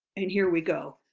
and here we go.